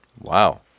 wow